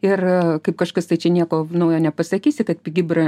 ir kaip kažkas tai čia nieko naujo nepasakysi kad pigi bra